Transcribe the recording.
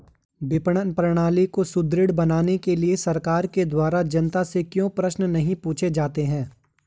विपणन प्रणाली को सुदृढ़ बनाने के लिए सरकार के द्वारा जनता से क्यों प्रश्न नहीं पूछे जाते हैं?